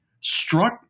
struck